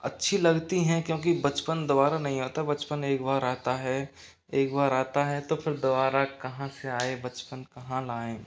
अच्छी लगती हैं क्योंकि बचपन दोबारा नहीं आता बचपन एक बार आता है एक बार आता है तो फिर दोबारा कहाँ से आए बचपन कहाँ लाएं